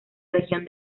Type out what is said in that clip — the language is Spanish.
región